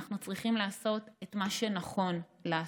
אנחנו צריכים לעשות את מה שנכון לעשות,